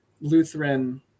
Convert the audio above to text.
Lutheran